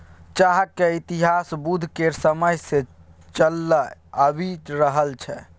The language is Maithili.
चाहक इतिहास बुद्ध केर समय सँ चलल आबि रहल छै